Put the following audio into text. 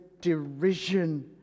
derision